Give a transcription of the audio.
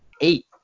Eight